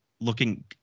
looking